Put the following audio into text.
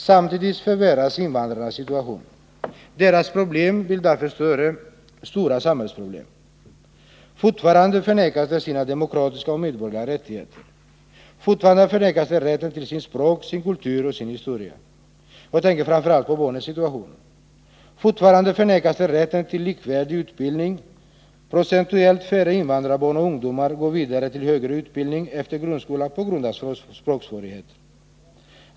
Samtidigt förvärras invandrarnas situation. Deras problem skapar därför stora samhällsproblem. Fortfarande förnekas de sina demokratiska och medborgerliga rättigheter. Fortfarande förnekas de rätten till sitt språk, sin kultur och sin historia. Jag tänker framför allt på barnens situation. Fortfarande förnekas de rätten till likvärdig utbildning. Procentuellt färre invandrarbarn och ungdomar går vidare till högre utbildning efter grundskolan på grund av språksvårigheter.